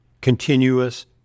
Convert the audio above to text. continuous